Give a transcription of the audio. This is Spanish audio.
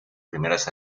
primeras